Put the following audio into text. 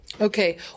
Okay